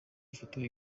ifoto